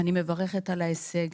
אני מברכת על ההישג.